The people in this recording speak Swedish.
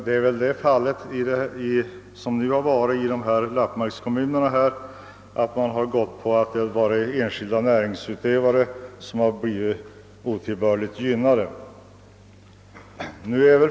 I det fall som nu förekommit i Lappmarkskommunerna har man väl just påtalat att enskilda näringsutövare har blivit otillbörligt gynnade.